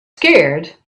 scared